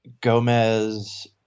Gomez